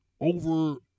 over